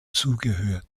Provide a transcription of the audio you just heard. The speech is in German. zugehört